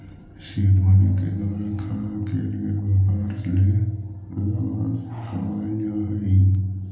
seed money के द्वारा खड़ा केल गेल व्यापार से लाभांश कमाएल जा हई